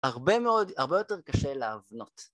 ‫הרבה יותר קשה להבנות.